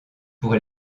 pour